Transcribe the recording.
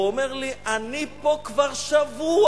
הוא אומר לי: אני פה כבר שבוע.